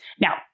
Now